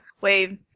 wave